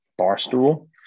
Barstool